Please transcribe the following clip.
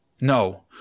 No